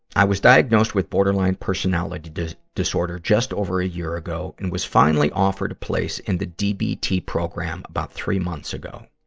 i was diagnosed with borderline personality disorder just over a year ago, and was finally offered a place in the dbt program about three month ago.